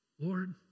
Lord